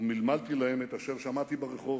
ומלמלתי להם את אשר שמעתי ברחוב.